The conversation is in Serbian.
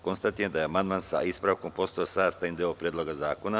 Konstatujem da je amandman sa ispravkom postao sastavni deo Predloga zakona.